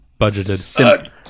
Budgeted